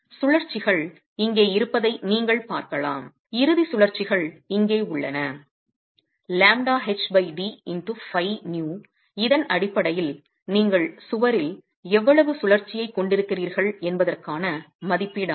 சுழற்சிகள் இங்கே இருப்பதை நீங்கள் பார்க்கலாம் இறுதிச் சுழற்சிகள் இங்கே உள்ளன இதன் அடிப்படையில் நீங்கள் சுவரில் எவ்வளவு சுழற்சியைக் கொண்டிருக்கிறீர்கள் என்பதற்கான மதிப்பீடாகும்